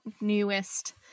newest